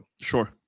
Sure